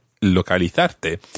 localizarte